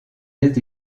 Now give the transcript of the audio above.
des